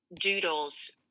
doodles